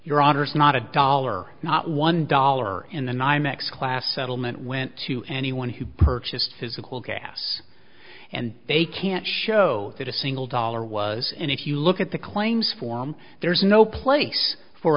is not a dollar not one dollar in the nymex class settlement went to anyone who purchased physical gas and they can't show that a single dollar was and if you look at the claims form there's no place for